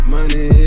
Money